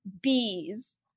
Bees